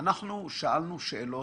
שאלנו שאלות,